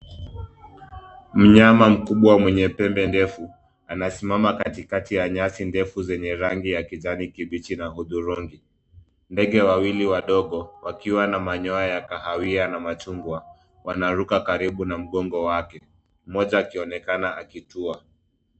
Mnyama mkubwa mwenye pembe ndefu, anasimama katikati ya nyasi ndefu zenye rangi ya kijani kibichi na hudhurungi. Ndege wawili wadogo, wakiwa na manyoya ya kahawia na machungwa, wanaruka karibu na mgongo wake, mmoja akionekana akitua.